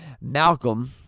Malcolm